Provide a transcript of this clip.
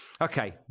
Okay